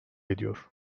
ediyor